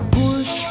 push